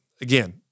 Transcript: again